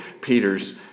Peter's